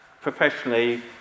professionally